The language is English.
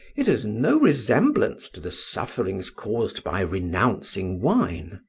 it has no resemblance to the sufferings caused by renouncing wine.